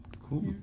Cool